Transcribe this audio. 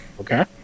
Okay